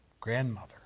grandmother